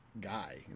guy